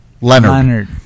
Leonard